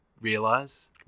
realize